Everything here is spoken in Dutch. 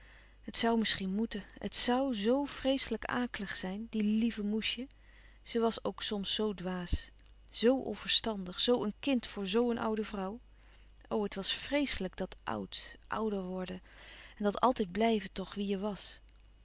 het zoû misschien moeten het zoû zoo vreeslijk akelig zijn die lieve moesje ze was ook soms zoo dwaas zo onverstandig zoo een kind voor zoo een oude vrouw o het was vreeslijk dat oud ouder worden en dat altijd blijven toch wie je was